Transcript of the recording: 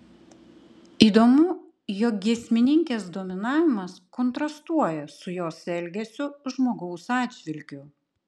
įdomu jog giesmininkės dominavimas kontrastuoja su jos elgesiu žmogaus atžvilgiu